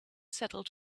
settled